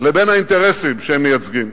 לבין האינטרסים שהם מייצגים.